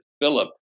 Philip